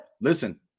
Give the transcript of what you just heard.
listen